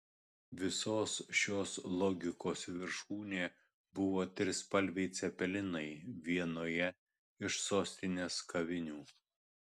visos šios logikos viršūnė buvo trispalviai cepelinai vienoje iš sostinės kavinių